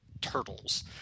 turtles